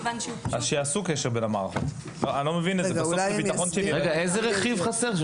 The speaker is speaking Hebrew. איזה רכיב חסר?